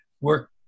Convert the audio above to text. work